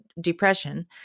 depression